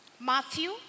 Matthew